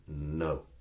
no